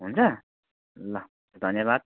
हुन्छ ल धन्यबाद्